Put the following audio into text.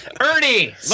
Ernie